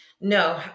No